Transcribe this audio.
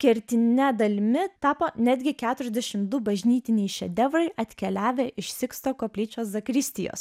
kertine dalimi tapo netgi keturiasdešim du bažnytiniai šedevrai atkeliavę iš siksto koplyčios zakristijos